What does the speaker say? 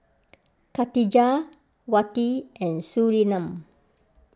Khatijah Wati and Surinam